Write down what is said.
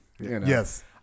Yes